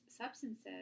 substances